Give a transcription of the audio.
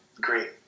great